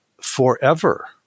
forever